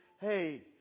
hey